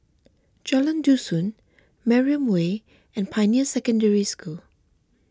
Jalan Dusun Mariam Way and Pioneer Secondary School